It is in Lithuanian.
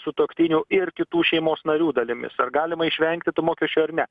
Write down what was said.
sutuoktinių ir kitų šeimos narių dalimis ar galima išvengti tų mokesčių ar ne